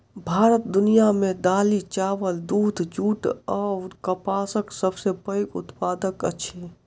भारत दुनिया मे दालि, चाबल, दूध, जूट अऔर कपासक सबसे पैघ उत्पादक अछि